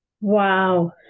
Wow